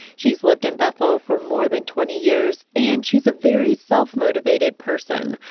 she's lived in bethel for more than twenty years and she's a very self-motivated person.